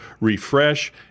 refresh